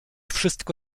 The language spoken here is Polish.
wszystko